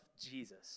Jesus